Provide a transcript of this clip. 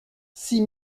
six